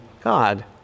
God